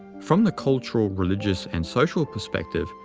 from the cultural, religious, and social perspective,